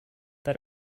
that